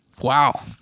wow